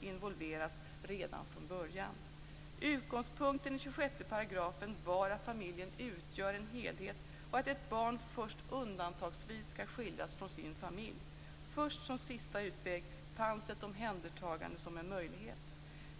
involveras redan från början. Utgångspunkten i 26 § var att familjen utgör en helhet och att ett barn först undantagsvis skall skiljas från sin familj. Först som en sista utväg fanns ett omhändertagande som en möjlighet.